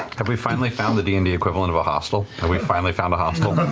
have we finally found the d and d equivalent of a hostel? have we finally found a hostel?